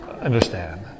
understand